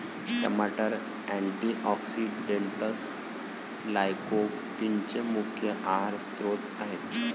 टमाटर अँटीऑक्सिडेंट्स लाइकोपीनचे मुख्य आहार स्त्रोत आहेत